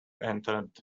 entered